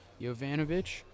Jovanovic